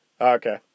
Okay